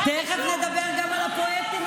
תכף נדבר גם על הפרויקטים,